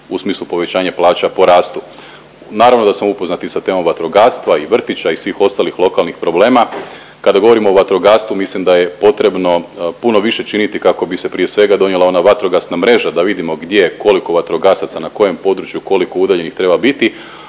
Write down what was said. u smislu povećanja plaća porastu. Naravno da sam upoznat i sa temom vatrogastva i vrtića i svih ostalih lokalnih problema. Kada govorimo o vatrogastvu mislim da je potrebno puno više činiti kako bi se prije svega donijela ona vatrogasna mreža da vidimo gdje, koliko vatrogasaca, na kojem području, koliko udaljenih treba biti,